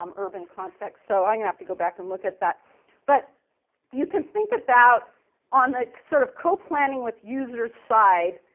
um urban context so i'm going to have to go back and look at that but you can think about on the sort of co-planning with user side